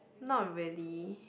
not really